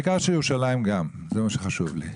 העיקר שגם ירושלים בניהן, זה מה שחשוב לי.